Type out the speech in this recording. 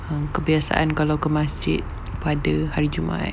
uh kebiasaan kalau ke masjid pada hari jumaat